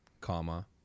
Comma